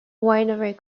winery